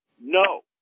No